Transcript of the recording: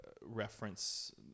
reference